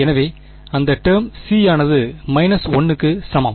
எனவே அந்த term c ஆனது 1 க்கு சமம்